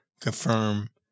confirm